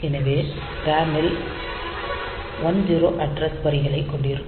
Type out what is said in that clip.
எனவே RAM ல் 10 address வரிகளைக் கொண்டிருக்கும்